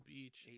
Beach